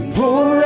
pour